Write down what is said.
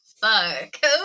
fuck